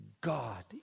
God